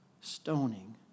stoning